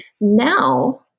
Now